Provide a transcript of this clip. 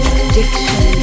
addiction